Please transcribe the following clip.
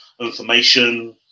information